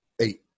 Eight